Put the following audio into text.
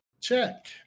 check